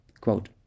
Quote